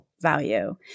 Value